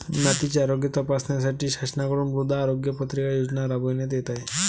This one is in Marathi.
मातीचे आरोग्य तपासण्यासाठी शासनाकडून मृदा आरोग्य पत्रिका योजना राबविण्यात येत आहे